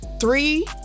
Three